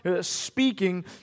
speaking